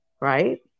right